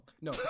No